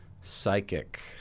psychic